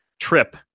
trip